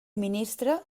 ministre